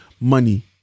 money